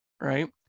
Right